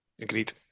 Agreed